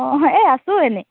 অঁ হয় এই আছোঁ এনেই